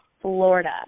Florida